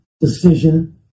decision